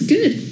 Good